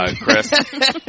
Chris